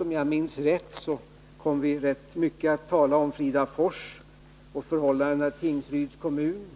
Om jag minns rätt kom vi i vårens debatt att rätt mycket tala om Fridafors och förhållandena i Tingsryds kommun.